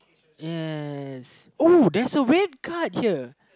yes oh there's a red card here